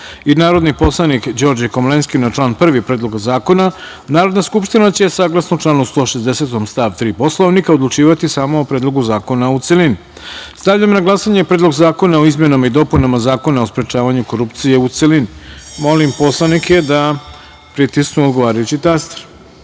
i narodni poslanik Đorđe Komlenski na član 1. Predloga zakona, Narodna skupština će, saglasno članu 160. stav 3. Poslovnika, odlučivati samo o Predlogu zakona u celini. Stavljam na glasanje Predlog zakona o izmenama i dopunama Zakona o sprečavanju korupcije, u celini. Molim poslanike da pritisnu odgovarajući